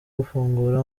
gufungura